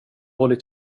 hållit